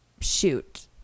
shoot